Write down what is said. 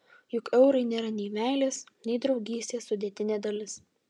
juk eurai nėra nei meilės nei draugystės sudėtinė dalis